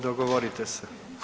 Dogovorite se.